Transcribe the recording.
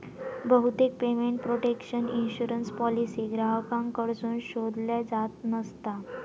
बहुतेक payment protection insurance policy ग्राहकांकडसून शोधल्यो जात नसता